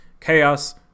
chaos